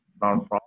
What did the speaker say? nonprofit